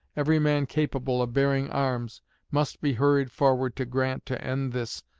every man capable of bearing arms must be hurried forward to grant to end this,